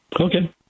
Okay